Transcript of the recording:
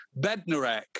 Bednarek